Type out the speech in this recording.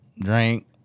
drink